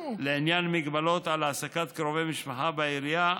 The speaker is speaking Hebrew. לעניין מגבלות על העסקת קרובי משפחה בעירייה,